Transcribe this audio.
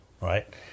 Right